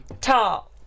Tall